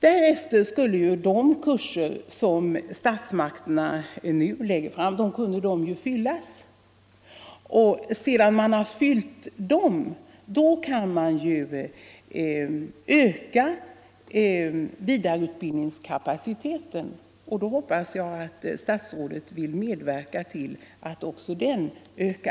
Då skulle de kurser som statsmakterna anordnar fyllas med sökande. Sedan man tillsatt dessa utbildningsplatser kan man öka vidareutbildningskapaciteten, och då hoppas jag att statsrådet vill medverka till detta.